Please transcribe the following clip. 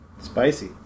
Spicy